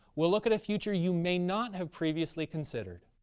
we'll look at a future you may not have previously considered,